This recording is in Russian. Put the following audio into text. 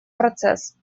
процесс